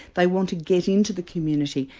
they want to get into the community,